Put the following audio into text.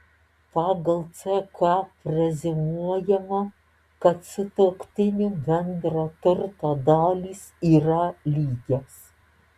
pagal ck preziumuojama kad sutuoktinių bendro turto dalys yra lygios